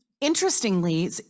interestingly